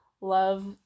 love